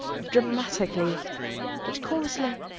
dramatically but coarsely,